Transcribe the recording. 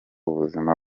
ubuzima